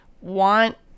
want